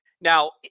Now